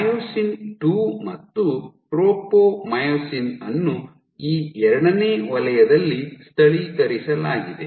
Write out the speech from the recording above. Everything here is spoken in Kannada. ಮಯೋಸಿನ್ II ಮತ್ತು ಟ್ರೋಪೊಮಿಯೊಸಿನ್ ಅನ್ನು ಈ ಎರಡನೇ ವಲಯದಲ್ಲಿ ಸ್ಥಳೀಕರಿಸಲಾಗಿದೆ